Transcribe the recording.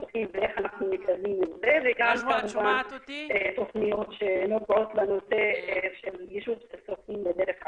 סכסוכים וגם כמובן תוכניות שנוגעות לנושא של יישוב סכסוכים בדרך עקיפה.